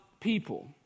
people